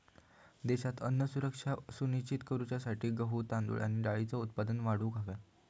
देशात अन्न सुरक्षा सुनिश्चित करूसाठी गहू, तांदूळ आणि डाळींचा उत्पादन वाढवूक हव्या